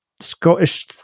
Scottish